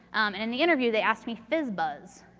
and in the interview they asked me fizzbuzz.